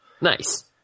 Nice